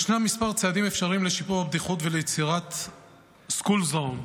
ישנם מספר צעדים אפשריים לשיפור הבטיחות וליצירת school zone.